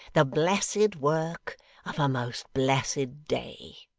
the blessed work of a most blessed day